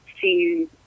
see